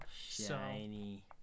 Shiny